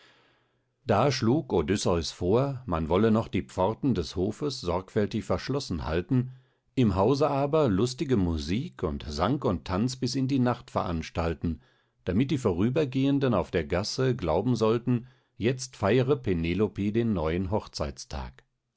da schlug odysseus vor man wolle noch die pforten des hofes sorgfältig verschlossen halten im hause aber lustige musik und sang und tanz bis in die nacht veranstalten damit die vorübergehenden auf der gasse glauben sollten jetzt feiere penelope den neuen hochzeitstag